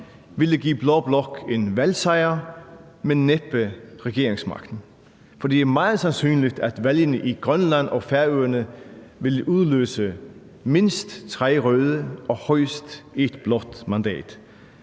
ville give blå blok en valgsejr, men næppe regeringsmagten. For det er meget sandsynligt, at valgene i Grønland og Færøerne ville udløse mindst tre røde og højst ét blåt mandat.